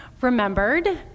remembered